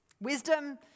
Wisdom